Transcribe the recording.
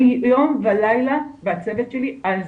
אני והצוות שלי יום ולילה על זה.